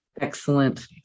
excellent